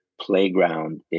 playground